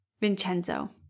Vincenzo